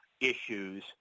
issues